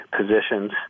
positions